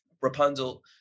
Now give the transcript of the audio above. Rapunzel